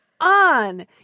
on